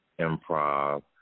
Improv